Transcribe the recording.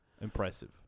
Impressive